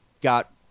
got